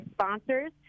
sponsors